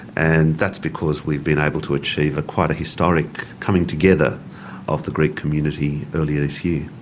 and that's because we've been able to achieve a quite a historic coming together of the greek community earlier this year.